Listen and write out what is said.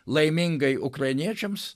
laimingai ukrainiečiams